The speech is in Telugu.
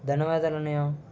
ధన్యవాదాలు అన్నయా